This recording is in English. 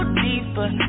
deeper